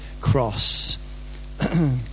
cross